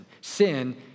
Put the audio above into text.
Sin